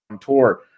tour